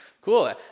cool